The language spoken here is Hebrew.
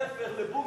בתי-ספר לבונקרים.